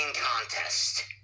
contest